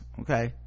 okay